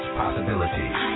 possibilities